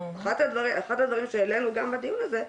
אחד הדברים שהעלנו גם בדיון הזה,